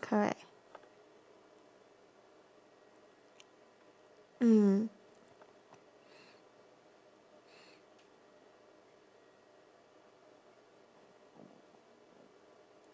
correct mm